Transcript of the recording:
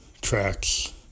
tracks